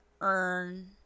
earn